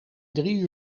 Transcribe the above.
drie